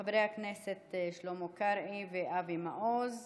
של חברי הכנסת שלמה קרעי ואבי מעוז.